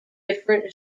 different